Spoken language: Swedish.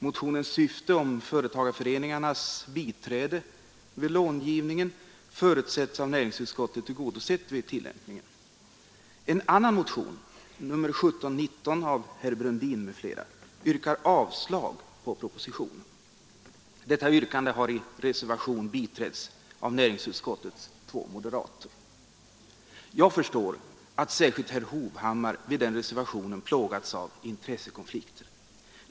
Motionens syfte, företagarföreningarnas biträde vid långivningen, förutsätts av näringsutskottet tillgodosett vid tillämpningen. En annan motion, nr 1719 av herr Brundin m.fl., yrkar avslag på propositionen. Detta yrkande har i reservation biträtts av näringsutskottets två moderater. Jag förstår att särskilt herr Hovhammar vid den reservationen plågats av intressekonflikter.